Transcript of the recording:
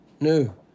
No